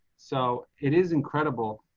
so it is incredible.